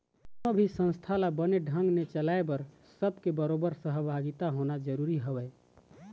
कोनो भी संस्था ल बने ढंग ने चलाय बर सब के बरोबर सहभागिता होना जरुरी हवय